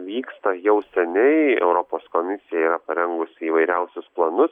vyksta jau seniai europos komisija parengusi įvairiausius planus